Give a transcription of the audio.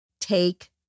take